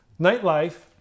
Nightlife